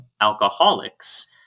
alcoholics